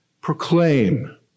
proclaim